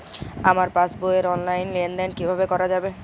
আমার পাসবই র অনলাইন লেনদেন কিভাবে করা যাবে?